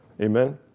Amen